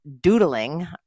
doodling